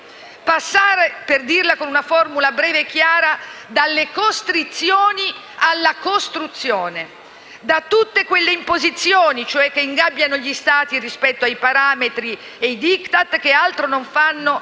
Passare, per dirla con una formula breve e chiara, dalle costrizioni alla costruzione. Da tutte quelle imposizioni che ingabbiano gli Stati al rispetto di parametri e di *Diktat* che altro non fanno che